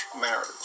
Marriage